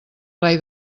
rei